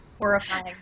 horrifying